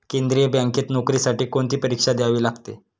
केंद्रीय बँकेत नोकरीसाठी कोणती परीक्षा द्यावी लागते?